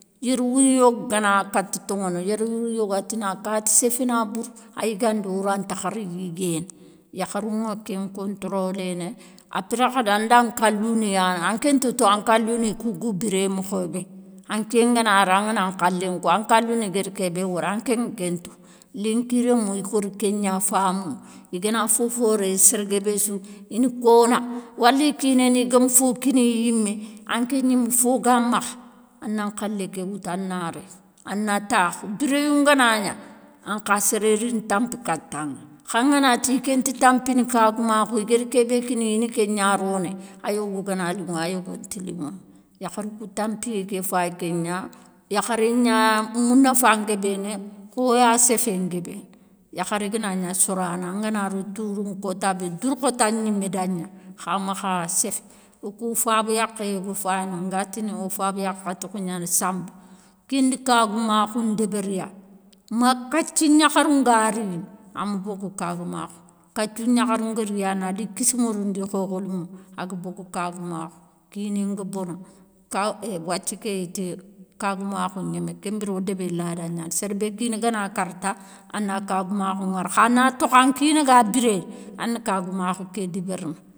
Yerwourou yogo gana kati toŋono, yerwourou yogo a tina kati séféna bourou ayigandou orantakhari yiguéné, yakharou nŋa kén nkontroléné, apré khadi anda nkalouniyana anké nta tou an nkalou ni kou guou biré mokhobé, anké nganari angana nkhalé nko an nkalou ni guér kébé wori ankéŋe ké ntou. Linki rémou ikori kégna famounou, igana fofo wori sér guébéssou ine kona wali kini guémi fokiniye yimé, anké gnime fo ga makha, ana nkhalé ké woutou ana réy ana takhou, biréyou ngana gna ankha séré rini tampi katanŋa, kha anganati iké nti tampini kagoumakhou igari kébé kiniya ini kégna ronéy ayogo gana linŋo, ayogo nti linŋono. Yakharou kou tampiyé ké fayi kégna. Yakharé gna mounafa nguébéni khoyasséfé nguébéni. Yakharé gana gna sorana, angana ro tourounŋa, kota bé dourkhota gnimé dangna, kha makha séffé. Okou faba yakhé yogo fay no ngatini o faba yakhé atokho gnani samb, kéni kagoumakhou ndébériya ma kathi gnakharou nga rini, ama bogou kagoumakhou, kathiou gnakharou nga riyana adi kissimérou ndi khokhlinŋou, aga bogou kagoumakhou, kiné nga bono, kaw euuh wathia ké. iti kagoumakhou gnémé, kén mbiré o débé lada gnani sér bé kina gana kara ta, ana kagoumakhou ŋara, kha na tokha nkina ga biréné, ana kagoumakhou ké débérina.